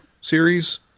series